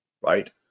right